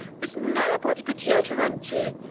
with nobody but you to run to.